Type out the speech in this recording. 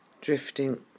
drifting